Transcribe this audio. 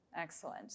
Excellent